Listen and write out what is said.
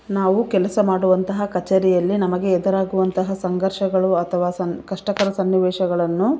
ನಾವು ಕೆಲಸ ಮಾಡುವಂತಹ ಕಚೇರಿಯಲ್ಲಿ ನಮಗೆ ಎದುರಾಗುವಂತಹ ಸಂಘರ್ಷಗಳು ಅಥವಾ ಸಂಕಷ್ಟಕರ ಸನ್ನಿವೇಶಗಳನ್ನು